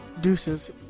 Deuces